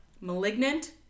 Malignant